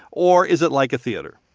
or is it like a theater?